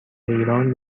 ایران